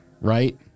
right